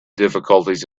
difficulties